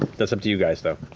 that's up to you guys, though.